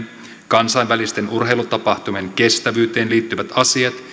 kansainvälisten urheilutapahtumien kestävyyteen liittyvät asiat